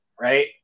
right